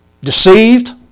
Deceived